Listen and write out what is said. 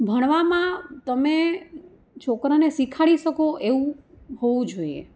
ભણવામાં તમે છોકરાને શિખવાડી શકો એવું હોવું જોઈએ